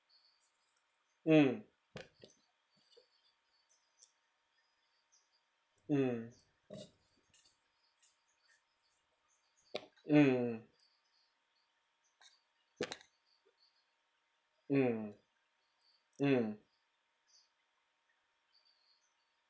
mm mm mm mm mm